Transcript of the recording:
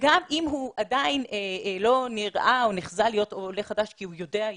וגם אם הוא עדיין לא נראה או נחזה להיות עולה חדש כי הוא יודע עברית.